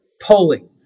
pulling